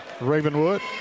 Ravenwood